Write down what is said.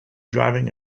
driving